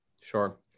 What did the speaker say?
Sure